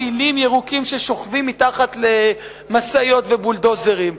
פעילים ירוקים ששוכבים מתחת למשאיות ובולדוזרים.